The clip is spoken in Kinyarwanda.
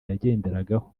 yagenderagaho